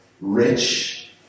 rich